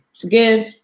forgive